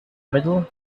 middle